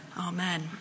Amen